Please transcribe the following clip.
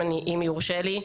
אם יורשה לי.